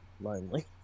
lonely